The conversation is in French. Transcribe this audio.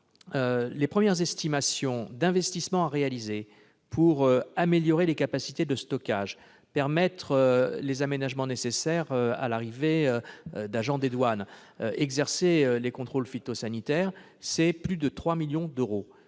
les premières estimations d'investissements à réaliser pour améliorer les capacités de stockage, permettre les aménagements nécessaires à l'arrivée d'agents des douanes, exercer les contrôles phytosanitaires s'élèvent à plus de 3 millions d'euros.